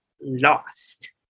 lost